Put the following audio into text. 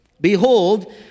Behold